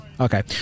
okay